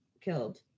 killed